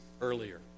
earlier